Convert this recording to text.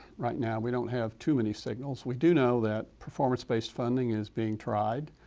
right now, we don't have too many signals. we do know that performace based funding is being tried,